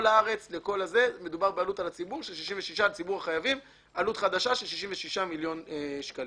מדובר בעלות חדשה על ציבור החייבים בגובה 66 מיליון שקלים.